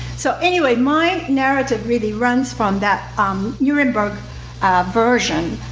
so anyway, my narrative really runs from that um nuremberg version,